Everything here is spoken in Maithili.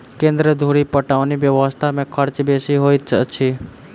केन्द्र धुरि पटौनी व्यवस्था मे खर्च बेसी होइत अछि